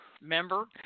Member